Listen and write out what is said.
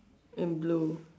in blue